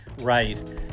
right